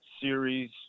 series